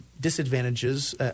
disadvantages